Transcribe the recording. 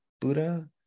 Buddha